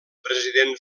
president